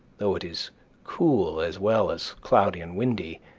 though it is cool as well as cloudy and windy,